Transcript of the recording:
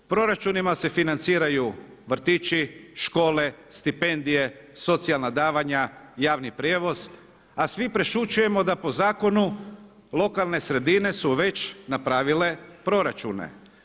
Proračunima se financiraju vrtići, škole, stipendije, socijalna davanja, javni prijevoz, a svi prešućujemo da po zakonu lokalne sredine su već napravile proračune.